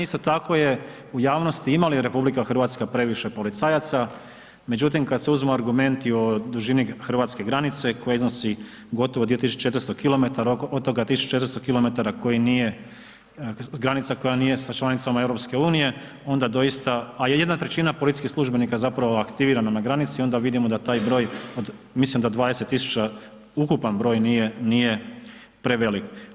Pitanje, isto tako je u javnosti ima li RH previše policajaca, međutim kad se uzmu argumenti o dužini hrvatske granice koja iznosi gotovo 2400 km, od toga 1400 km koji nije, granica koja nije sa članicama EU, onda doista, a jedna trećina policijskih službenika zapravo aktivirana na granici, onda vidimo da taj broj, mislim da 20 tisuća ukupan broj nije prevelik.